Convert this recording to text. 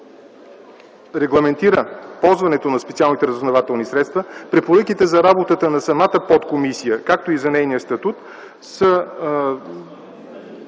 регламентира ползването на специалните разузнавателни средства, препоръките за работата на самата подкомисия, както и за нейния статут, са